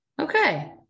Okay